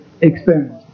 Experience